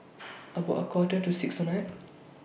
about A Quarter to six tonight